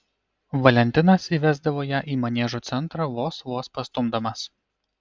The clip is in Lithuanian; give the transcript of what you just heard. valentinas įvesdavo ją į maniežo centrą vos vos pastumdamas